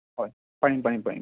হয় পাৰিম পাৰিম পাৰিম